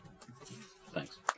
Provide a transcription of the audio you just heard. Thanks